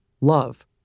love